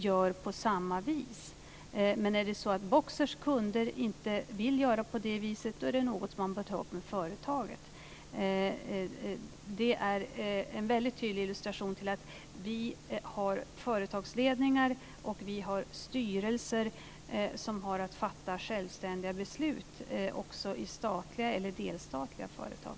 Men om Boxers kunder inte vill att det ska vara på det viset är det något som man bör ta upp med företaget. Det är en väldigt tydlig illustration till att vi har företagsledningar och styrelser som har att fatta självständiga beslut också i statliga eller delstatliga företag.